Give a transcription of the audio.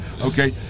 okay